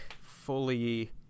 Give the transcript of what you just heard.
fully